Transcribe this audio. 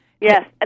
Yes